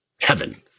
heaven